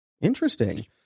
Interesting